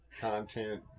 content